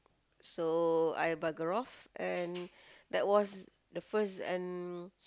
so I bugger off and that was the first and